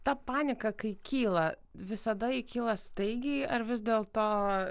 ta panika kai kyla visada ji kyla staigiai ar vis dėlto